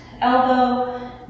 elbow